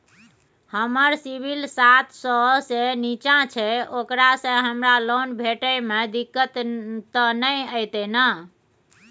हमर सिबिल सात सौ से निचा छै ओकरा से हमरा लोन भेटय में दिक्कत त नय अयतै ने?